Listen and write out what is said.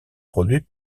produits